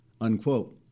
unquote